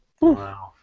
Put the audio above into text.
Wow